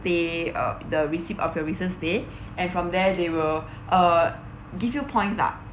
stay uh the receipt of your recent stay and from there they will uh give you points lah